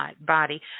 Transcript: body